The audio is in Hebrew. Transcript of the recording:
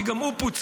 כי גם הוא פוצל,